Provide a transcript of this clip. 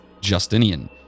Justinian